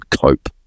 cope